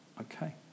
okay